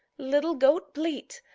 little goat, bleat!